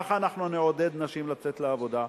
כך אנחנו נעודד נשים לצאת לעבודה,